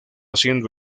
siendo